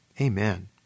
Amen